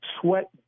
sweat